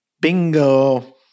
Bingo